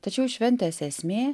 tačiau šventės esmė